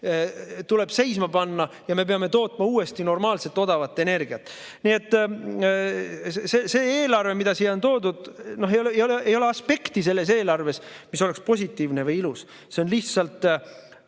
tuleb seisma panna ja me peame tootma uuesti normaalselt odavat energiat. See eelarve, mis siia on toodud – no ei ole selles eelarves ühtegi aspekti, mis oleks positiivne või ilus. See on lihtsalt